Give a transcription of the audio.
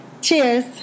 Cheers